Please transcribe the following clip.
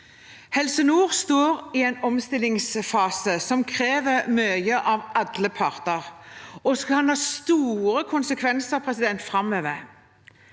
Helse nord står i en omstillingsfase som krever mye av alle parter, og som kan ha store konsekvenser framover.